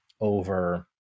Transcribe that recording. over